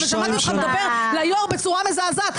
ושמעתי אותך מדבר ליו"ר בצורה מזעזעת.